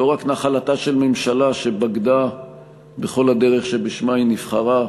לא רק נחלתה של ממשלה שבגדה בכל הדרך שלשמה היא נבחרה.